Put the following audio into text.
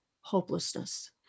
hopelessness